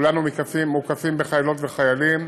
כולנו מוקפים בחיילות וחיילים,